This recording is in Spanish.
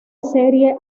serie